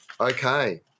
Okay